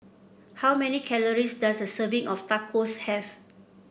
how many calories does a serving of Tacos have